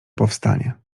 powstanie